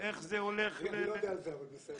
ואיך זה הולך --- אני לא יודע על זה, אבל בסדר.